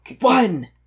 one